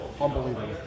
unbelievable